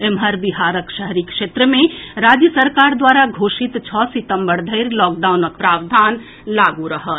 एम्हर बिहारक शहरी क्षेत्र मे राज्य सरकार द्वारा घोषित छओ सितम्बर धरि लॉकडाउनक प्रावधान लागू रहत